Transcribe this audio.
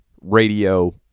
radio